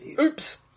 Oops